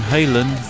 Halen